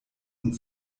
und